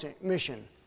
mission